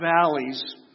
valleys